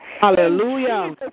hallelujah